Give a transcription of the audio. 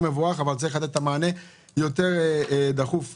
צריך לתת את המענה יותר דחוף כרגע.